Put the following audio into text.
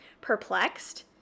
Perplexed